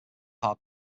hard